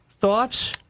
thoughts